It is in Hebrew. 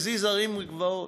מזיז הרים וגבעות.